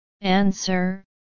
Answer